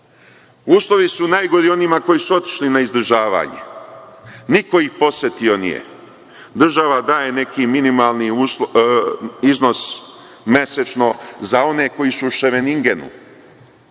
su najgori onima koji su otišli na izdržavanje. Niko ih posetio nije. Država daje neki minimalni iznos mesečno za one koji su u Ševeningenu.